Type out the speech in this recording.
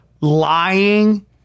Lying